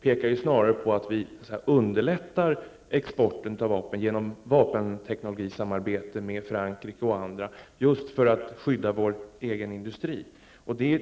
pekar snarare på att vi underlättar exporten av vapen genom vapenteknologisamarbete med Frankrike och andra, just för att skydda vår egen industri.